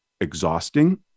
exhausting